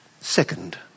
second